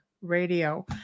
radio